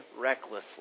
recklessly